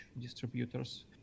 distributors